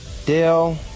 Dale